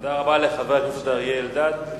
תודה רבה לחבר הכנסת אריה אלדד.